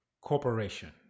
corporation